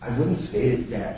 i wouldn't say that